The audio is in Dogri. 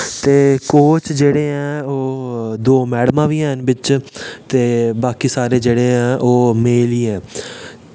ते कोच जेह्ड़े ऐं दो मैडमां बी हैन बिच्च ते बाकी जेह्ड़े सारे ओह् मेल गै ऐं